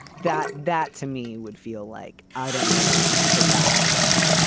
that that to me would feel like i don't know that i can put that one away,